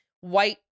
white